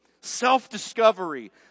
self-discovery